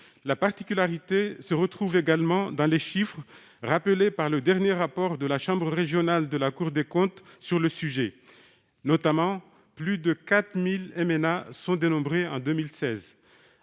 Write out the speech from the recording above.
La particularité se retrouve également dans les chiffres, rappelés par le dernier rapport de la chambre régionale des comptes sur le sujet. Ainsi, plus de 4 000 MNA ont été dénombrés en 2016.